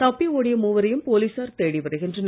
தப்பி ஓடிய மூவரையும் போலீசார் தேடி வருகின்றனர்